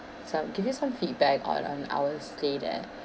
some give you some feedback on on our stay there